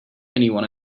anyone